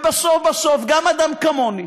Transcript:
ובסוף בסוף, גם אדם כמוני,